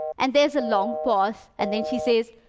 and there is a long pause. and then she says,